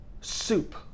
soup